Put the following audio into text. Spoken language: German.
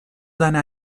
seine